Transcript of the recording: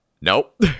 Nope